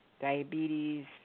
diabetes